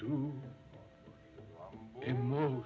to move